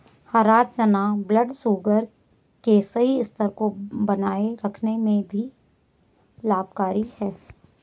हरा चना ब्लडशुगर के सही स्तर को बनाए रखने में भी लाभकारी है